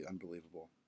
unbelievable